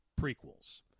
prequels